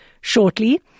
shortly